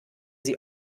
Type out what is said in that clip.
sie